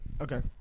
Okay